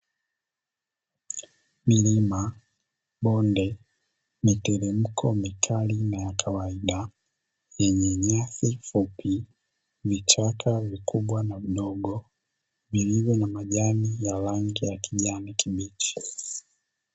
Milima, bonde, miteremko mikali na ya kawaida yenye nyasi fupi, vichaka vikubwa na mdogo vilivyo na majani ya rangi ya kijani kibichi.